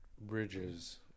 Bridges